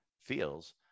feels